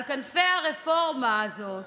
על כנפי הרפורמה הזאת,